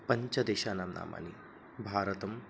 पञ्चदेशानां नामानि भारतम्